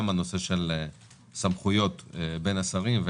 גם על הסמכויות בין השרים,